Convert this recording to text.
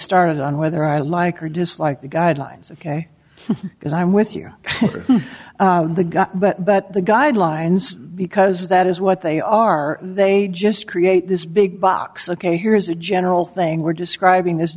started on whether i like or dislike the guidelines ok because i'm with you for the guy but but the guidelines because that is what they are they just create this big box ok here's a general thing we're describing this